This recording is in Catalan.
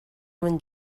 van